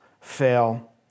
fail